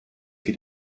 geht